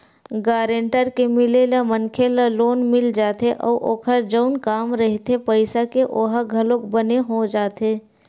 guarantor के मिले ले मनखे ल लोन मिल जाथे अउ ओखर जउन काम रहिथे पइसा के ओहा घलोक बने हो जाथे